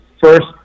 first